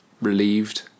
relieved